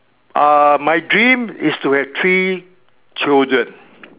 uh my dream is to have three children